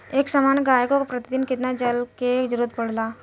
एक सामान्य गाय को प्रतिदिन कितना जल के जरुरत होला?